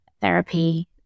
therapy